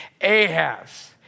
Ahaz